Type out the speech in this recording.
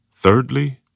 thirdly